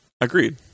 Agreed